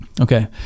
Okay